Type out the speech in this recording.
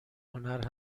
هنر